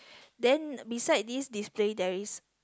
then beside this display there is